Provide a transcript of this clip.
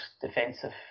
defensive